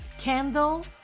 candle